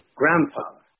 grandfather